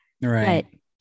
Right